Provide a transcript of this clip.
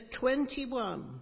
21